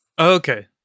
Okay